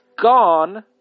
gone